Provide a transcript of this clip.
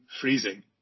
freezing